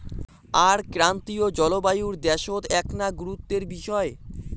আর ক্রান্তীয় জলবায়ুর দ্যাশত এ্যাকনা গুরুত্বের বিষয়